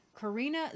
Karina